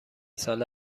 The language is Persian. ساله